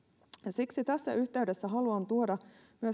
siksi tässä yhteydessä haluan tuoda